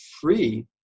free